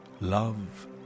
love